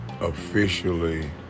officially